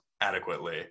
adequately